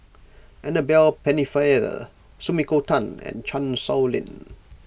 Annabel Pennefather Sumiko Tan and Chan Sow Lin